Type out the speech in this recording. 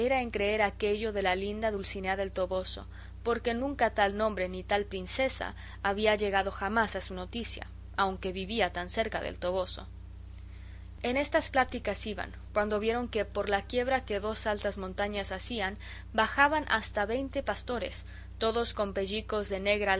en creer aquello de la linda dulcinea del toboso porque nunca tal nombre ni tal princesa había llegado jamás a su noticia aunque vivía tan cerca del toboso en estas pláticas iban cuando vieron que por la quiebra que dos altas montañas hacían bajaban hasta veinte pastores todos con pellicos de negra